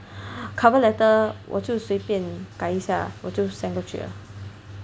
cover letter 我就随便改一下我就 send 过去了